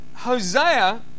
Hosea